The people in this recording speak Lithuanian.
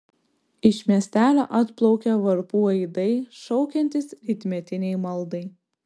iš miestelio atplaukia varpų aidai šaukiantys rytmetinei maldai